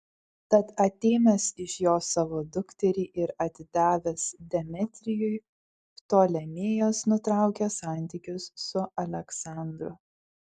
tad atėmęs iš jo savo dukterį ir atidavęs demetrijui ptolemėjas nutraukė santykius su aleksandru